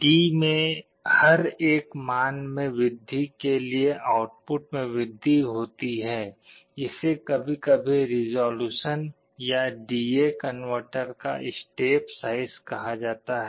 D में हर एक मान में वृद्धि के लिए आउटपुट में वृद्धि होती है इसे कभी कभी रिज़ॉल्यूशन या डी ए कनवर्टर का स्टेप साइज कहा जाता है